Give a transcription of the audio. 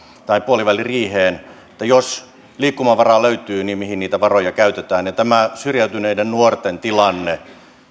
puoliväliriiheen että jos liikkumavaraa löytyy niin mihin niitä varoja käytetään tämä syrjäytyneiden nuorten tilanne